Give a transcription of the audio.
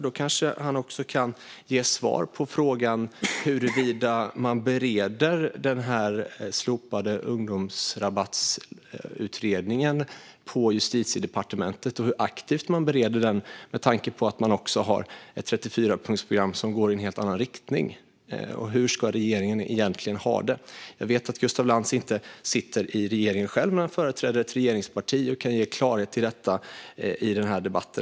Då kanske han kan ge svar på frågan huruvida man bereder utredningen om slopad ungdomsrabatt på Justitiedepartementet och hur aktivt man bereder den, med tanke på att man har ett 34-punktsprogram som går i en helt annan riktning. Hur ska regeringen egentligen ha det? Jag vet att Gustaf Lantz inte sitter i regeringen själv, men han företräder ett regeringsparti och kan ge klarhet om detta i denna debatt.